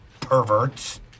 perverts